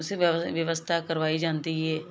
ਵਿਵਸਥਾ ਕਰਵਾਈ ਜਾਂਦੀ ਏ